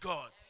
God